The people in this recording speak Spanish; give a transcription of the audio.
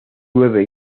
nueve